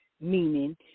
meaning